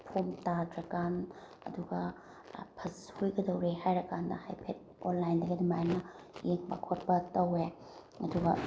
form ꯇꯥꯗ꯭ꯔꯀꯥꯟ ꯑꯗꯨꯒ ꯁꯣꯏꯒꯗꯧꯔꯦ ꯍꯥꯏꯔꯀꯥꯟꯗ ꯍꯥꯏꯐꯦꯠ ꯑꯣꯟꯂꯥꯏꯟꯗꯒ ꯑꯗꯨꯃꯥꯏꯅ ꯌꯦꯡꯕ ꯈꯣꯠꯄ ꯇꯧꯑꯦ ꯑꯗꯨꯒ